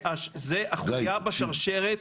זו החוליה בשרשרת